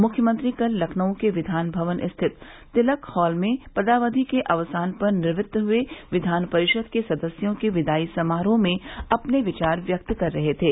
मुख्यमंत्री कल लखनऊ के विधान भवन स्थित तिलक हाल में पदावधि के अवसान पर निवृत्त हुए विधान परिषद के सदस्यों के विदाई समारोह में अपने विचार व्यक्त कर रहे थे